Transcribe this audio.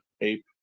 ape